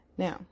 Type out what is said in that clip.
Now